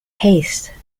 haste